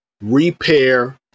repair